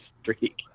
streak